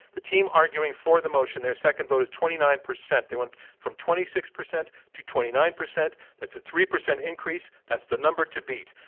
the team arguing for the motion, their second vote is twenty nine percent. they went from twenty six percent to twenty nine percent. that's a three percent increase. that's the number to beat.